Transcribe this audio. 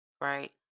Right